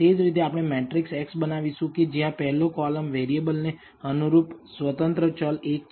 તે જ રીતે આપણે મેટ્રિકસ x બનાવીશું કે જ્યાં પહેલો કોલમ વેરિયેબલ ને અનુરૂપ સ્વતંત્ર ચલ 1 છે